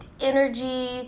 energy